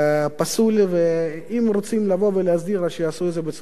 ואם רוצים לבוא ולהסדיר אז שיעשו את זה בצורה מסודרת בחוק.